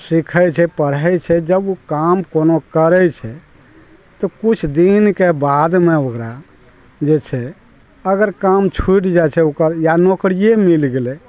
सीखै छै पढ़ै छै जब ओ काम कोनो करै छै तऽ किछु दिनके बादमे ओकरा जे छै अगर काज छूटि जाइ छै ओकर या नौकरिये मिल गेलै